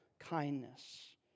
Kindness